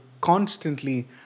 constantly